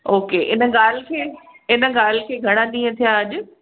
उहो के इन ॻाल्हि खे इन ॻाल्हि खे घणा ॾींहं थिया अॼु